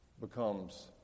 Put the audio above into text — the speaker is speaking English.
becomes